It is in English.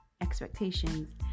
expectations